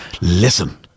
listen